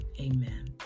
Amen